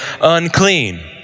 unclean